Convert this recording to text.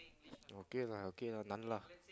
okay lah okay lah none lah